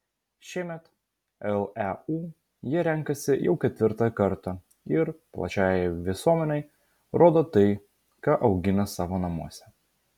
šiemet leu jie renkasi jau ketvirtą kartą ir plačiajai visuomenei rodo tai ką augina savo namuose